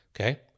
Okay